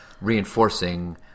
reinforcing